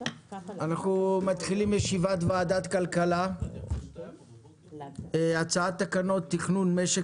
אני פותח את ישיבת ועדת הכלכלה בנושא הצעת תקנות תכנון משק